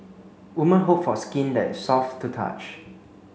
women hope for skin that is soft to touch